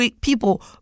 People